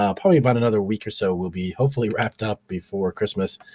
um probably about another week or so we'll be, hopefully, wrapped up before christmas.